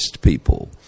people